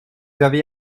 avez